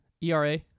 ERA